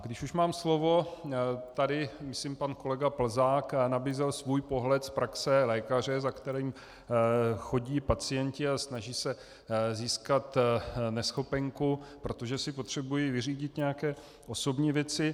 Když už mám slovo myslím pan kolega Plzák tady nabízel svůj pohled z praxe lékaře, za kterým chodí pacienti a snaží se získat neschopenku, protože si potřebují vyřídit nějaké osobní věci.